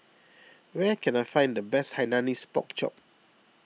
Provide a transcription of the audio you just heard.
where can I find the best Hainanese Pork Chop